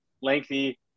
lengthy